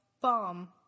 bomb